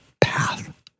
path